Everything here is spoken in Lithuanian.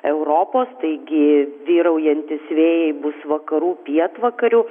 europos taigi vyraujantys vėjai bus vakarų pietvakarių